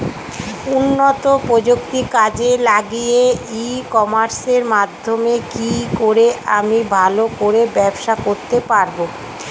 উন্নত প্রযুক্তি কাজে লাগিয়ে ই কমার্সের মাধ্যমে কি করে আমি ভালো করে ব্যবসা করতে পারব?